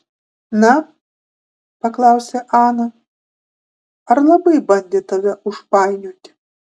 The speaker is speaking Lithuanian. na paklausė ana ar labai bandė tave užpainioti